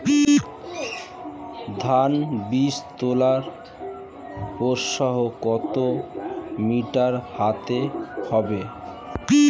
ধান বীজতলার প্রস্থ কত মিটার হতে হবে?